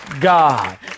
God